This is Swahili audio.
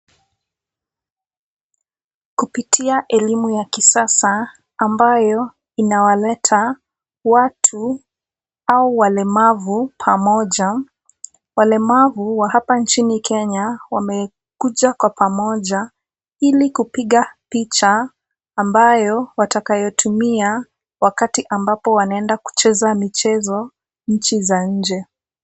Kupitia elimu ya kisasa, ambayo inawaleta watu au walemavu pamoja, walemavu wa hapa nchini Kenya wamekuja kwa pamoja, ili kupiga picha ambayo watakayo tumia, wakati ambapo wanaenda kucheza michezo nchi za nje.